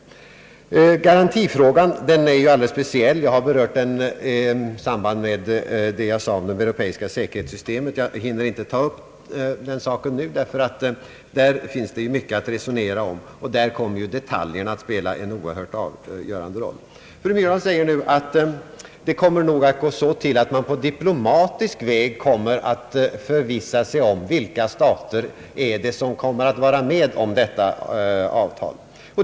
Garantifrågan är alldeles speciell. Jag har berört den när jag talade om det europeiska säkerhetssystemet. Jag hinner inte ta upp den saken nu. Där finns det mycket att resonera om, och där kommer detaljerna att spela en helt avgörande roll. Fru Myrdal säger nu, att man nog kommer att på diplomatisk väg förvissa sig om vilka stater som kommer att vara med om detta avtal.